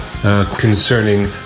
Concerning